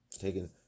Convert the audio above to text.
Taking